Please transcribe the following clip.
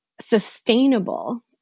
sustainable